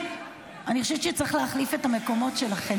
אני חושבת שצריך להחליף את המקומות שלכם,